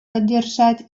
поддержать